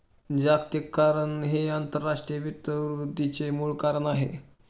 जागतिकीकरण हे आंतरराष्ट्रीय वित्त वृद्धीचे मूळ कारण आहे